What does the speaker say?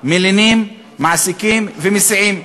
מלינים, מעסיקים ומסיעים.